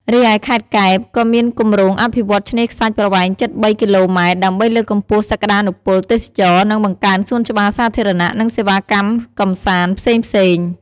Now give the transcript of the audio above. រីឯខេត្តកែប ក៏មានគម្រោងអភិវឌ្ឍឆ្នេរខ្សាច់ប្រវែងជិត ៣ គីឡូម៉ែត្រ ដើម្បីលើកកម្ពស់សក្តានុពលទេសចរណ៍ និងបង្កើនសួនច្បារសាធារណៈ និងសេវាកម្មកម្សាន្ត ផ្សេងៗ។